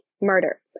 murder